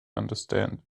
understand